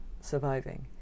surviving